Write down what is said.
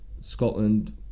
Scotland